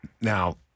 Now—